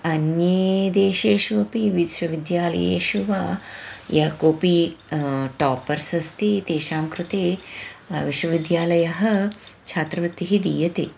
अन्ये देशेषु अपि विश्वविद्यालयेषु वा यः कोपि टोपर्स् अस्ति तेषां कृते विश्वविद्यालयस्य छात्रवृत्तिः दीयते